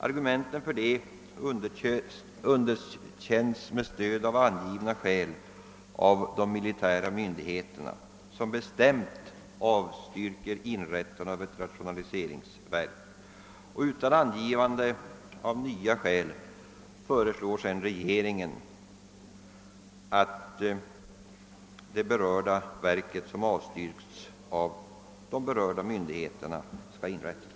Argumenten härför underkänns på angivna skäl av de militära myndigheterna, som bestämt avstyrker inrättande av ett rationaliseringsverk. Utan att redovisa några nya omständigheter föreslår sedan regeringen att verket skall inrättas, trots att de berörda myndigheterna alltså avstyrkt.